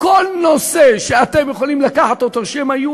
כל נושא שאתם יכולים לקחת שהיו לגביו